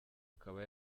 akaba